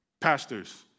pastors